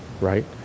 right